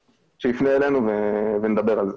שיפנה אלינו ונדבר על זה.